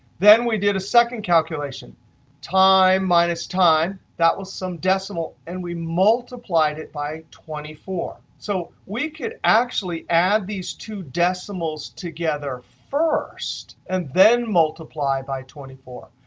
then we did a second calculation time minus time, that was some decimal, and we multiplied it by twenty four. so we could actually add these two decimals together first, and then multiply by twenty four.